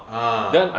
ah